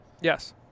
Yes